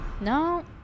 no